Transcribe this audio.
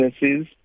businesses